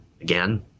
again